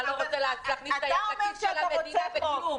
אתה לא רוצה להכניס את היד לכיס של המדינה בכלום.